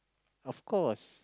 of course